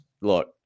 look